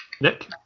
Nick